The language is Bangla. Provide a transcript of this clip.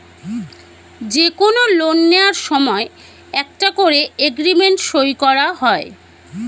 যে কোনো লোন নেয়ার সময় একটা করে এগ্রিমেন্ট সই করা হয়